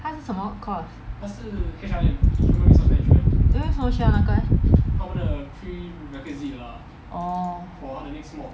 他是什么 course then 为什么需要那个 leh orh